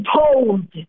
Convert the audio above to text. told